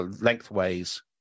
lengthways